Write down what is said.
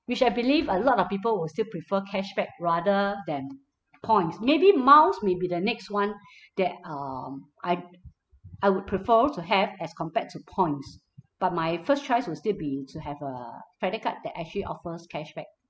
which I believe a lot of people will still prefer cashback rather than points maybe miles may be the next one that um I I would prefer to have as compared to points but my first choice will still be to have a credit card that actually offers cashback